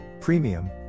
Premium